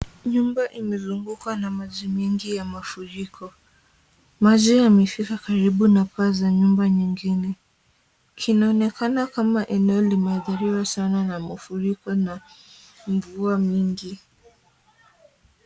Nyumba imezungukwa na maji mingi ya mafuriko. Maji yamefika karibu na paa za nyumba zingine. Kinaonekana kama eneo limeadhiriwa sana na mafuriko na mvua mingi.